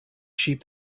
sheep